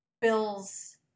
bill's